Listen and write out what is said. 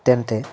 তেন্তে